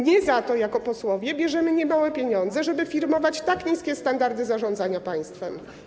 Nie za to jako posłowie bierzemy niemałe pieniądze, żeby firmować tak niskie standardy zarządzania państwem.